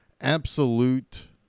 absolute